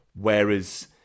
Whereas